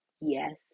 Yes